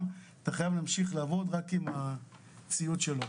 אתה חייב להמשיך לעבוד רק עם הציוד שלו